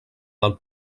del